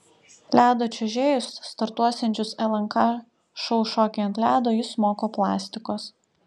ledo čiuožėjus startuosiančius lnk šou šokiai ant ledo jis moko plastikos